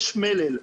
יש מלל.